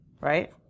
Right